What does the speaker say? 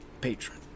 patron